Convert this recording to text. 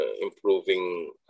improving